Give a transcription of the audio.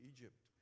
Egypt